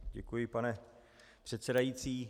Děkuji, pane předsedající.